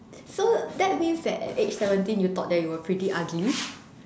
so that means that at age seventeen you thought that you were pretty ugly